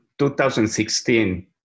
2016